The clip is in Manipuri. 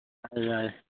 ꯌꯥꯏ